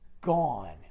gone